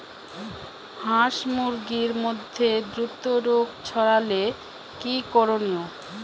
হাস মুরগির মধ্যে দ্রুত রোগ ছড়ালে কি করণীয়?